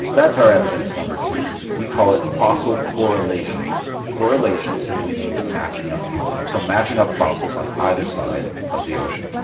so that's our evidence number two we call it fossil correlation correlation simply means matching up so matching up fossils on either side of the ocean